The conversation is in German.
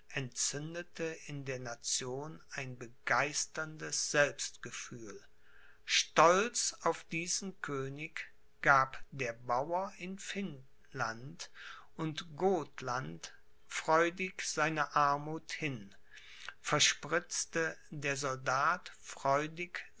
entzündete in der nation ein begeisterndes selbstgefühl stolz auf diesen könig gab der bauer in finnland und gothland freudig seine armuth hin verspritzte der soldat freudig